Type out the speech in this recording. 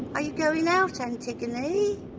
are you going out, and antigone?